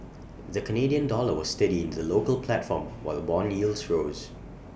the Canadian dollar was steady in the local platform while Bond yields rose